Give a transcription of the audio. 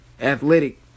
athletic